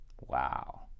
Wow